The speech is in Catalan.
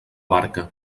barca